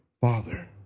Father